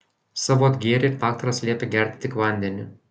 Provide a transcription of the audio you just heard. savo atgėrei ir daktaras liepė gerti tik vandenį